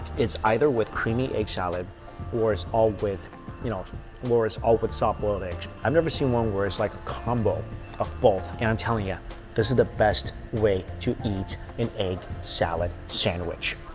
it's either with creamy egg salad or it's all with you know um or it's all with soft-boiled eggs i've never seen one where it's like a combo of both, and i'm telling ya this is the best way to eat an egg salad sandwich.